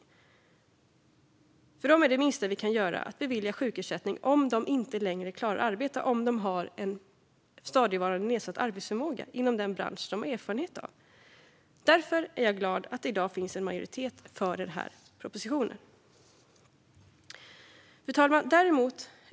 För dem är det minsta vi kan göra att bevilja sjukersättning om de inte längre klarar att arbeta och om de har en stadigvarande nedsatt arbetsförmåga inom den bransch som de har erfarenhet av. Därför är jag glad att det i dag finns en majoritet för den här propositionen. Fru talman!